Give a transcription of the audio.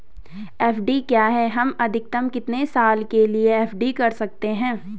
FD क्या है हम अधिकतम कितने साल के लिए एफ.डी कर सकते हैं?